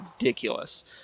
ridiculous